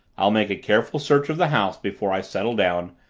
i'll make a careful search of the house before i settle down,